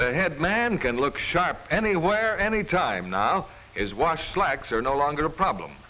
the head man can look sharp anywhere anytime now is watch slacks are no longer a problem